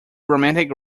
romantic